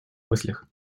мыслях